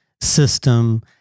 system